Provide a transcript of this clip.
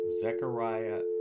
Zechariah